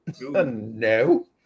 No